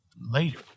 later